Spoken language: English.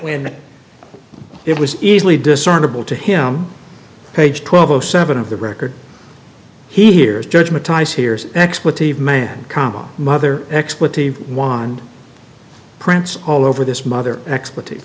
when it was easily discernable to him page twelve o seven of the record he hears judge matteis hears expletive man comma mother expletive wand prints all over this mother expleti